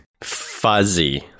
Fuzzy